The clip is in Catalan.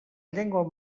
llengua